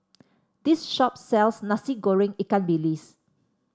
this shop sells Nasi Goreng Ikan Bilis